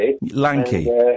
Lanky